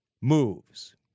moves